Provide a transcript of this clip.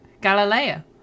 Galileo